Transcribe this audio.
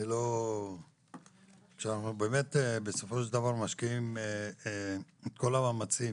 אנחנו באמת בסופו של דבר משקיעים את כל המאמצים